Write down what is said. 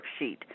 worksheet